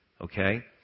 Okay